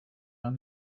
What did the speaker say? man